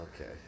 okay